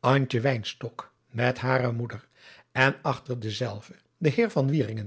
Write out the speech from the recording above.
antje wynstok met hare moeder en achter dezelve den heer